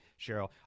Cheryl